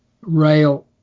rail